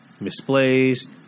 misplaced